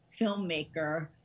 filmmaker